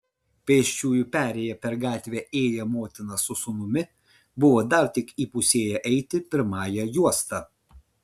pėsčiųjų perėja per gatvę ėję motina su sūnumi buvo dar tik įpusėję eiti pirmąja juosta